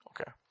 Okay